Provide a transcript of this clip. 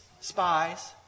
spies